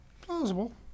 Plausible